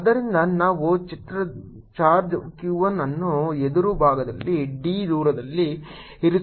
ಆದ್ದರಿಂದ ನಾವು ಚಿತ್ರದ ಚಾರ್ಜ್ q 1 ಅನ್ನು ಎದುರು ಭಾಗದಲ್ಲಿ d ದೂರದಲ್ಲಿ ಇರಿಸುತ್ತಿದ್ದೇವೆ